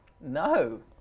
No